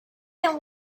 and